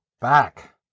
back